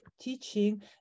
teaching